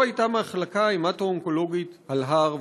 היה הייתה מחלקה מחלקה המטו-אונקולוגית על הר,